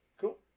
Cool